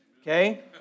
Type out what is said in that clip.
okay